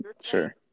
sure